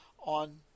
on